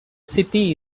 city